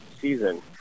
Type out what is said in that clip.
season